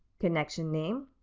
connection name,